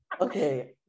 Okay